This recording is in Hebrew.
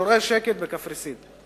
שורר שקט בקפריסין.